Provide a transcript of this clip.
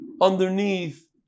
underneath